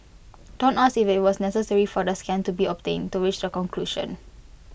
don't ask if IT was necessary for the scan to be obtained to reach the conclusion